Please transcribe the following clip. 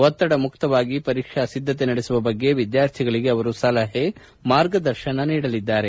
ಒತ್ತಡ ಮುಕ್ತವಾಗಿ ಪರೀಕ್ಷಾ ಸಿದ್ದತೆ ನಡೆಸುವ ಬಗ್ಗೆ ವಿದ್ಶಾರ್ಥಿಗಳಿಗೆ ಅವರು ಸಲಹೆ ಮಾರ್ಗದರ್ಶನ ನೀಡಲಿದ್ದಾರೆ